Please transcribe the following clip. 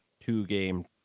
two-game